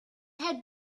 had